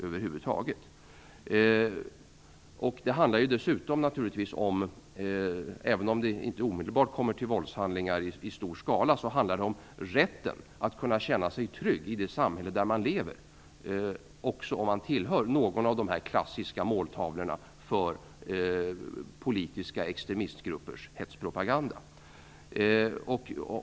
Dessutom handlar det naturligtvis om rätten att, även om det inte omedelbart kommer till våldshandlingar i stor skala, få känna sig trygg i det samhälle man lever i, också om man tillhör någon av de grupper som är klassiska måltavlor för politiska extremistgruppers hetspropaganda.